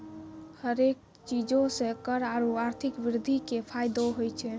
हरेक चीजो से कर आरु आर्थिक वृद्धि के फायदो होय छै